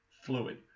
fluid